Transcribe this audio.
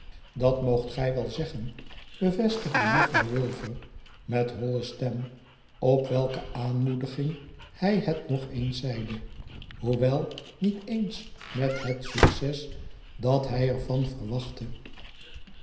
dat moogt gij wel zeggen bevestigde juffrouw wilfer met holle stem op welke aanmoediging hij het nog eens zeide hoewel niet eens met het succc s dat hij er van verwachtte